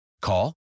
Call